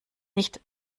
nicht